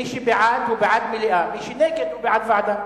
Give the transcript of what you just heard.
מי שבעד, הוא בעד מליאה, ומי שנגד, הוא בעד ועדה.